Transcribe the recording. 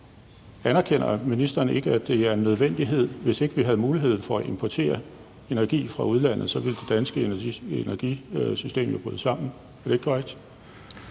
Anerkender ministeren ikke, at det er en nødvendighed? Hvis ikke vi havde mulighed for at importere energi fra udlandet, ville det danske energisystem jo bryde sammen. Er det ikke korrekt?